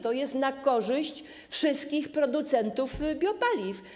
To jest na korzyść wszystkich producentów biopaliw.